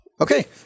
Okay